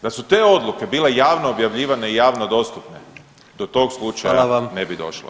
Da su te odluke bile javno objavljivane i javno dostupne do tog slučaja ne bi došlo.